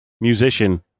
musician